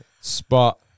Spot